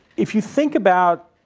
if you think about